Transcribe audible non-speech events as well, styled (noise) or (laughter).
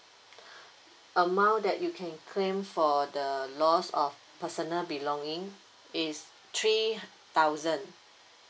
(breath) amount that you can claim for the loss of personal belonging is three thousand